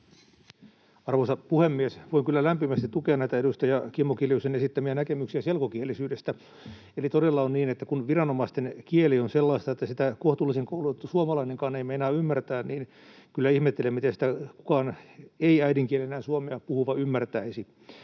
Arvoisa puhemies! Voin kyllä lämpimästi tukea näitä edustaja Kimmo Kiljusen esittämiä näkemyksiä selkokielisyydestä. Todella on niin, että kun viranomaisten kieli on sellaista, että sitä kohtuullisen koulutettu suomalainenkaan ei meinaa ymmärtää, niin kyllä ihmettelen, miten sitä kukaan ei-äidinkielenään suomea puhuva ymmärtäisi.